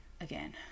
Again